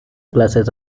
classes